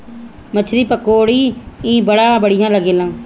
मछरी के पकौड़ी बड़ा बढ़िया लागेला